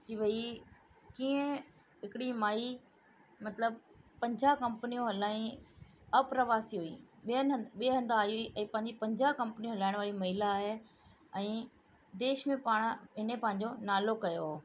की भई कीअं हिकड़ी माई मतिलबु पंजाहु कंपनियूं हलाई अप्रवासी हुई ॿियनि हंध ॿिए हंध आई हुई ऐं पंहिमजी पंजाहु कंपनी हलाइण वारी महिला आहे ऐं देश में पाण हिन पंहिंजो नालो कयो हुओ